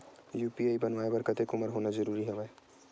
UPI बनवाय बर कतेक उमर होना जरूरी हवय?